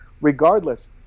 Regardless